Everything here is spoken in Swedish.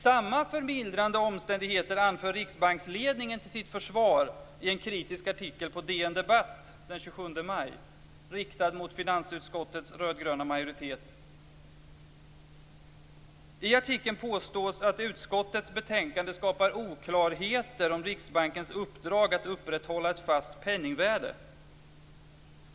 Samma förmildrande omständigheter anför riksbanksledningen till sitt försvar i en kritisk artikel på DN Debatt den 27 maj, riktad mot finansutskottets rödgröna majoritet. I artikeln påstås att utskottets betänkande skapar oklarheter om Riksbankens uppdrag att upprätthålla ett fast penningvärde.